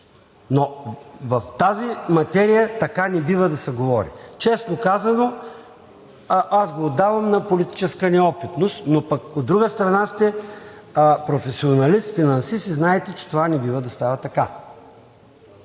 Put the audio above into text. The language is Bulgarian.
Но в тази материя така не бива да се говори. Честно казано, аз го отдавам на политическа неопитност, но пък, от друга страна, сте професионалист, финансист и знаете, че това не бива да става така!